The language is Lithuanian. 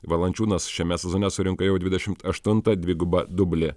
valančiūnas šiame sezone surinko jau dvidešimt aštuntą dvigubą dublį